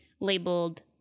labeled